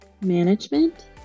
management